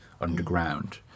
underground